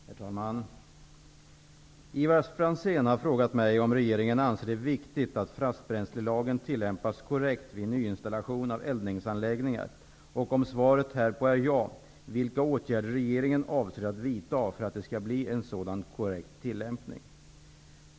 Herr talman! Ivar Franzén har frågat mig om regeringen anser det viktigt att fastbränslelagen tillämpas korrekt vid nyinstallation av eldningsanläggningar och, om svaret härpå är ja, vilka åtgärder regeringen avser att vidta för att det skall bli en sådan korrekt tillämpning.